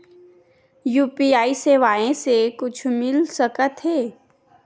UPI सेवाएं से कुछु मिल सकत हे?